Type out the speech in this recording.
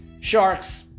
Sharks